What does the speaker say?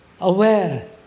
aware